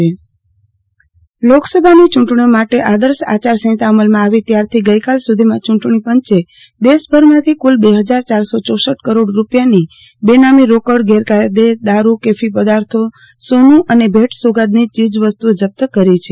આરતી ભટ્ટ યુંટણીપંચ રોકડ જપ્ત લોકસભાની ચુંટણીઓ માટે આદર્શ આંચારસંહિતા અમલમાં આવી ત્યારથી ગઈકાલ સુધીમાં ચુંટણી પંચે દેશભરમાંથી કુલ બે હજાર ચારસો ચોસઠ કરોડ રૂપિયાની બેનામી રોકડ ગેરકાયદે દારૂ કેફી પદાર્થો સોનુ અને ભેટ સોગાદની ચીજવસ્તુઓ જપ્ત કરી છે